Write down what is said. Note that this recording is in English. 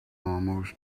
almost